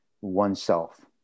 oneself